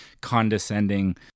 condescending